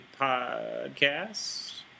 podcast